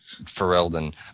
Ferelden